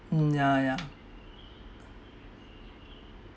mm yeah yeah